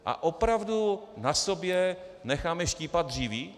A opravdu na sobě necháme štípat dříví?